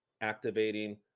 activating